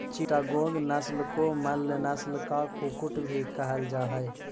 चिटागोंग नस्ल को मलय नस्ल का कुक्कुट भी कहल जा हाई